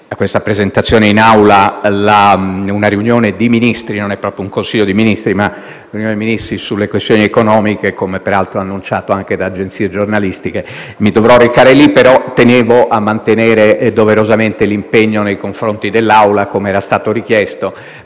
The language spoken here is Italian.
questa presentazione in Aula una riunione di Ministri (non è proprio un Consiglio dei ministri, ma una riunione sulle questioni economiche), come peraltro annunciato anche da alcune agenzie giornalistiche. Mi dovrò recare in tale sede però tenevo a mantenere doverosamente l'impegno nei confronti dell'Assemblea, com'era stato richiesto,